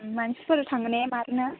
मानसिफोर थाङोने मारनो